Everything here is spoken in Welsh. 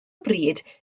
bryd